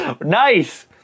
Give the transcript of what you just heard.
Nice